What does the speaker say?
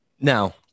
Now